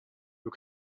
you